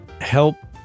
help